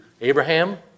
Abraham